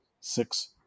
six